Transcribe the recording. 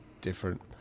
different